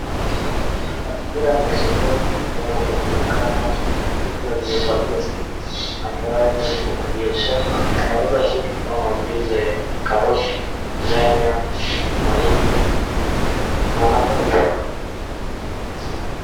Mazingira ya sokoni ambapo panaonekana mtu aliyevalia sketi ambaye ni mwenye biashara. Anauza vitu kama vile karoti, nyanya, mahindi na hata viazi.